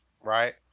right